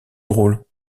drôle